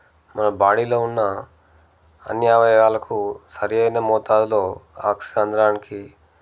మన బాడీలో ఉన్న అన్నీ అవయవాలకు సరియైన మోతాదులో ఆక్సిజన్ అందడానికి